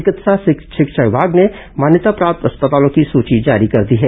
चिकित्सा शिक्षा विभाग ने मान्यता प्राप्त अस्पतालों की सची जारी कर दी है